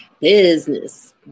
Business